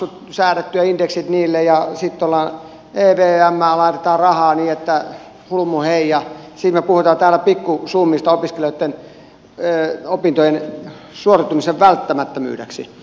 ollaan säädetty yle maksut ja indeksit niille ja sitten evmään laitetaan rahaa niin että hulmuhei ja sitten me puhumme täällä pikkusummista opiskelijoitten opintojen suorittamisen välttämättömyydeksi